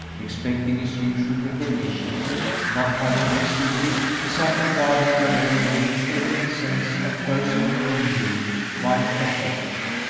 expecting his usual recognition not having received it, he sat regarding darrell with an evident sense of personal injury quite pathetic.